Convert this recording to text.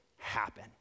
happen